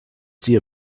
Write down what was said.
see